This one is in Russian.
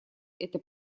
это